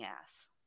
ass